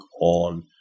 on